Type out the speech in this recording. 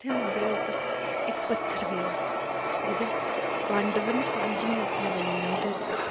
उत्थै मंदर इक पत्थर पेदा जित्थे पांडव न पंज मूर्तियां बनी दियां उद्धर